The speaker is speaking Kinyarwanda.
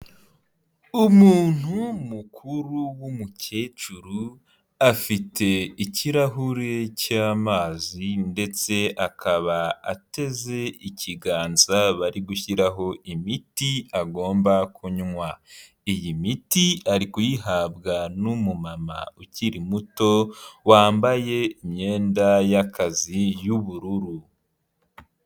Umuntu mukuru w'umukecuru afite ikirahure cy'amazi ndetse akaba ateze ikiganza bari gushyiraho imiti agomba kunywa. Iyi miti ari kuyihabwa n'umumama ukiri muto wambaye imyenda y'akazi y'ubururu.